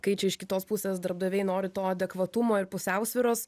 kai čia iš kitos pusės darbdaviai nori to adekvatumo ir pusiausvyros